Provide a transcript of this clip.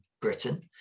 Britain